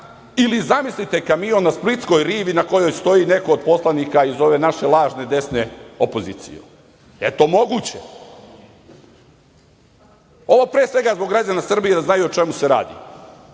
ili zamislite kamion na splitskoj rivi na kojoj stoji neko od poslanika iz ove naše lažne desne opozicije. Jel to moguće? Ovo pre svega zbog građana Srbije da znaju o čemu se radi. Šta